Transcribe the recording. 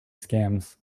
scams